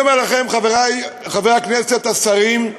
אני אומר לכם, חברי חברי הכנסת, השרים: